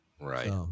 Right